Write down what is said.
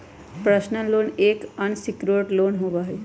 personal loan एक unsecured loan होबा हई